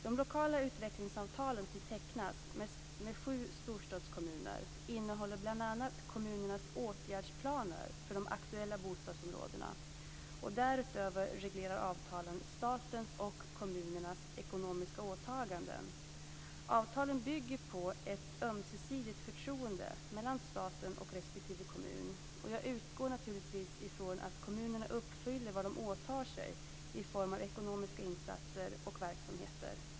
De lokala utvecklingsavtal som tecknas med sju storstadskommuner innehåller bl.a. kommunernas åtgärdsplaner för de aktuella bostadsområdena, och därutöver reglerar avtalen statens och kommunernas ekonomiska åtaganden. Avtalen bygger på ett ömsesidigt förtroende mellan staten och respektive kommun, och jag utgår naturligtvis ifrån att kommunerna uppfyller vad de åtar sig i form av ekonomiska insatser och verksamheter.